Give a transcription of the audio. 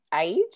age